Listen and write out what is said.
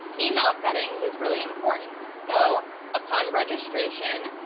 email settings is really important. so upon registration,